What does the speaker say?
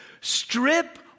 strip